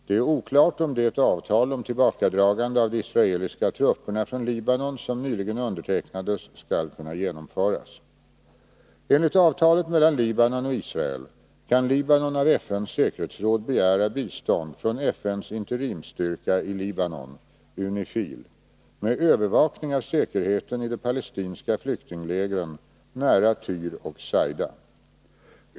Det är oklart om det avtal om tillbakadragande av de israeliska trupperna från Libanon som nyligen undertecknades skall kunna genomföras. Enligt avtalet mellan Libanon och Israel kan Libanon av FN:s säkerhetsråd begära bistånd från FN:s interimstyrka i Libanon med att skydda flyktingar i Libanon att skydda flyktingar i Libanon övervakning av säkerheten i de palestinska flyktinglägren nära Tyr och Saida.